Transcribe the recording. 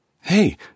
Hey